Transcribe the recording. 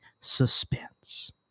suspense